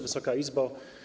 Wysoka Izbo!